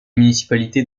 municipalités